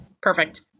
Perfect